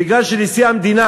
בגלל שנשיא המדינה,